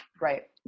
Right